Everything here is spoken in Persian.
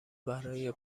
برای